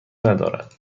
ندارد